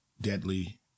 deadly